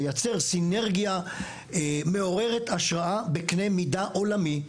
לייצר סינרגיה מעוררת השראה בקנה מידה עולמי.